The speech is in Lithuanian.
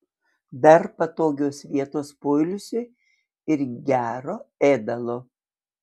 dar patogios vietos poilsiui ir gero ėdalo